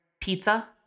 pizza